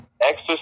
exercise